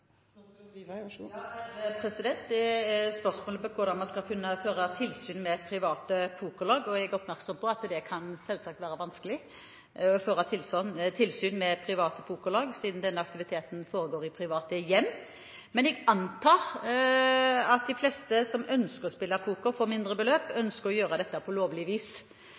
Det er spørsmål om hvordan man skal kunne føre tilsyn med private pokerlag, og jeg er oppmerksom på at det selvsagt kan være vanskelig å føre tilsyn med disse, siden denne aktiviteten foregår i private hjem. Men jeg antar at de fleste som ønsker å spille poker for mindre beløp, ønsker å gjøre dette på lovlig vis.